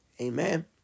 Amen